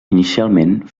inicialment